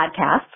podcast